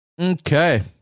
Okay